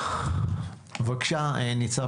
בבקשה, נצ"מ